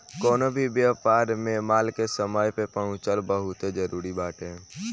कवनो भी व्यापार में माल के समय पे पहुंचल बहुते जरुरी बाटे